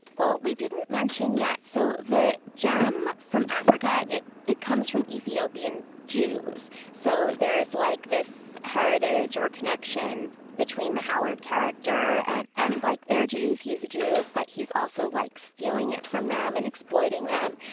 well, we didn't mention yet. so that jamm from africa. it it comes from ethiopian jews. so there is like this heritage or connection between the howard character and and like they're jews. he's a jew, but he's also like stealing it from them and exploiting them.